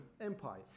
empire